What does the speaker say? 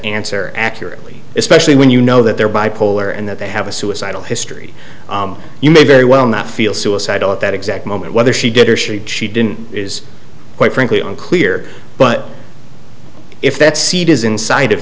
answer accurately especially when you know that they're bipolar and that they have a suicidal history you may very well not feel suicidal at that exact moment whether she did or should she didn't is quite frankly unclear but if that seed is inside of